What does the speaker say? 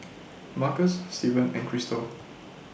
Marcus Steven and Chrystal